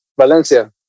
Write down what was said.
Valencia